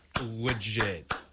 legit